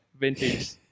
vintage